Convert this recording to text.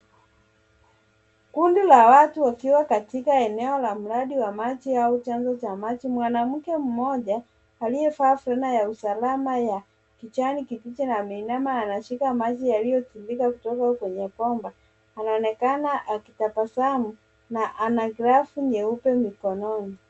Kundi la watu wakiwa katika eneo la mradi wa maji au chanzo cha maji. Mwanamke mmoja aliyevaa fulana ya usalama ya kijani kibichi na ameinama anashika maji yaliyotiririka kutoka kwenye bomba anaonekana akitabasamu na ana glavu nyeupe mikononi.